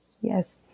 yes